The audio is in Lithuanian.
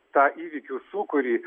tą įvykių sūkurį